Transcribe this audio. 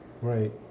Right